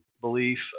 belief